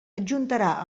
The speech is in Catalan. adjuntarà